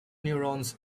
neurons